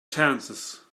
chances